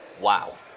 Wow